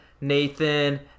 Nathan